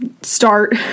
start